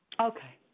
Okay